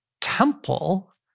temple